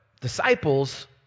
disciples